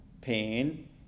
pain